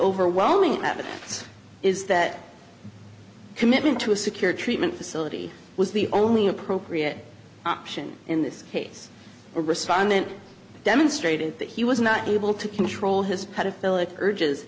overwhelming evidence is that commitment to a secure treatment facility was the only appropriate option in this case a respondent demonstrated that he was not able to control